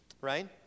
right